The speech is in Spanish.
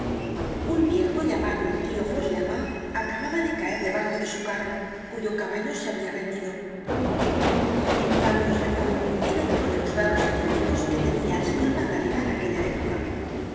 un viejo llamado el tío fauchelevent acaba de caer debajo de su carro cuyo caballo se habia rendido el tal fauchelevent era uno de los raros enemigos que tenia el señor magdalena en aquella época